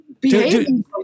behaving